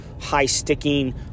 high-sticking